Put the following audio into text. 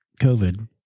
COVID